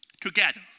together